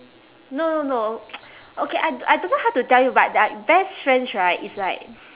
no no no okay I I don't know how to tell you but like best friends right it's like